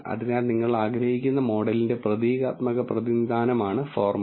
അതിനാൽ നിങ്ങൾ ആഗ്രഹിക്കുന്ന മോഡലിന്റെ പ്രതീകാത്മക പ്രതിനിധാനമാണ് ഫോർമുല